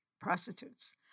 prostitutes